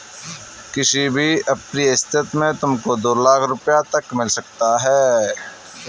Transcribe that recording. किसी भी अप्रिय स्थिति में तुमको दो लाख़ रूपया तक मिल सकता है